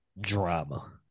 drama